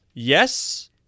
Yes